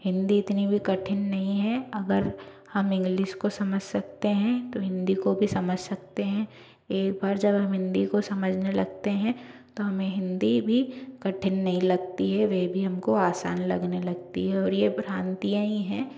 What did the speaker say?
हिंदी इतनी भी कठिन नहीं है अगर हम इंग्लिश को समझ सकते हैं तो हिंदी को भी समझ सकते हैं एक बार जब हम हिंदी को समझने लगते हैं तो हमें हिंदी भी कठिन नहीं लगती है वे भी हम को आसान लगने लगती है और ये भ्रांतियाँ ही हैं